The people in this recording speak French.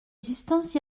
distance